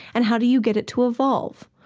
and how do you get it to evolve?